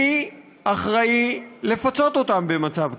מי אחראי לפצות אותם במצב כזה?